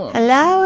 Hello